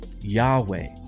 Yahweh